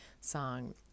song